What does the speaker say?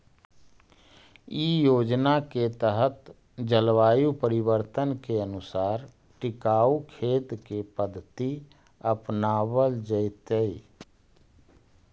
इ योजना के तहत जलवायु परिवर्तन के अनुसार टिकाऊ खेत के पद्धति अपनावल जैतई